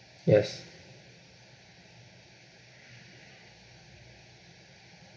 yes